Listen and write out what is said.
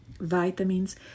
vitamins